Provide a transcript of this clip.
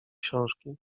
książki